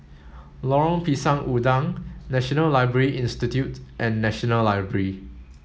Lorong Pisang Udang National Library Institute and National Library